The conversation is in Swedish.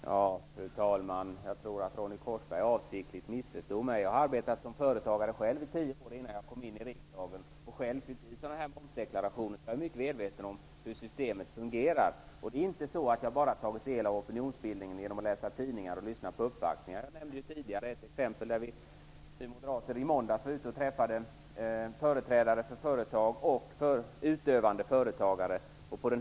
Fru talman! Jag tror att Ronny Korsberg avsiktligt missförstod mig. Jag har själv arbetat som företagare i tio år innan jag kom i riksdagen. Jag har själv fyllt i sådana här momsdeklarationer. Jag är mycket medveten om hur systemet fungerar. Jag har inte bara tagit del av opinionsbildningen genom att läsa tidningar och lyssna på uppvaktningar. Jag nämnde tidigare ett exempel där vi moderater i måndags var ute och träffade företrädare för företag och utövande företagare.